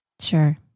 Sure